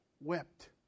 wept